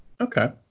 okay